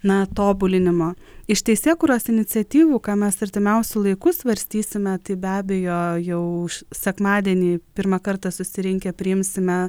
na tobulinimo iš teisėkūros iniciatyvų ką mes artimiausiu laiku svarstysime tai be abejo jau šį sekmadienį pirmą kartą susirinkę priimsime